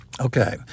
Okay